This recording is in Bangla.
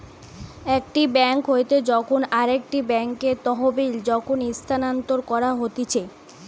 একটি বেঙ্ক হইতে যখন আরেকটি বেঙ্কে তহবিল যখন স্থানান্তর করা হতিছে